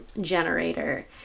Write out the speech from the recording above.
generator